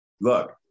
Look